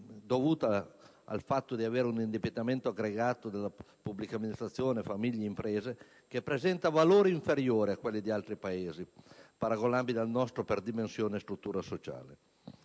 dovuta all'indebitamento aggregato - pubblica amministrazione, famiglie, imprese - che presenta valori inferiori a quelli di altri Paesi paragonabili al nostro per dimensione e struttura sociale.